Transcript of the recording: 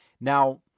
Now